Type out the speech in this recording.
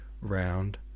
round